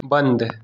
बंद